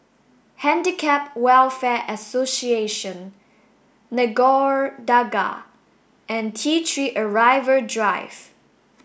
Handicap Welfare Association Nagore Dargah and T three Arrival Drive